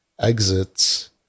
exits